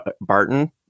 barton